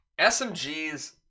SMGs